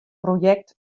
projekt